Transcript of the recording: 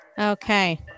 okay